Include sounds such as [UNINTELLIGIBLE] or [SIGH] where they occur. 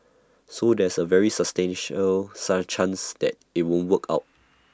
so there's A very substantial [UNINTELLIGIBLE] chance that IT won't work out